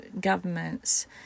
governments